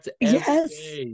Yes